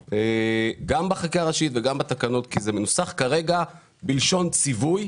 גם בחקיקה ראשית וגם בתקנות כי זה מנוסח כרגע בלשון ציווי.